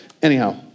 Anyhow